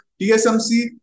TSMC